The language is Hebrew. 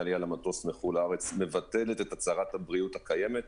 העלייה למטוס מחו"ל לארץ מבטלת את הצהרת הבריאות הקיימת?